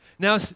Now